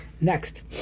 Next